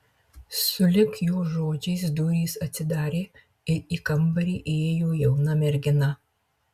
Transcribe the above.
sulig jo žodžiais durys atsidarė ir į kambarį įėjo jauna mergina